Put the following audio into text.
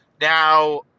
Now